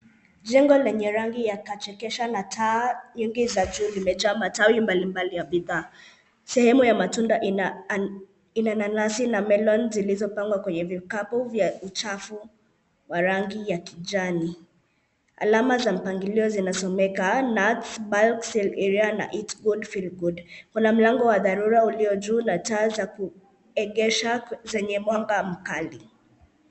Jengo lenye rangi ya kachekesha na taa nyingi za juu limejaa matawi mbali ya bidhaa. Sehemu ya matunda ina nanasi na melons zilizopangwa kwenye vikapu vya uchafu wa rangi ya kijani. Alama za mpangilio zinasomeka nuts, bulks sale area and eat good feel good kuna mlango wa dharura uliojuu na taa za kuegesha zenye mwanga mkali.